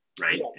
right